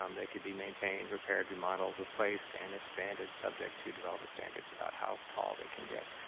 um they can be maintained, repaired, remodeled, replaced, and expanded subject to devolvement standards about how tall they can get.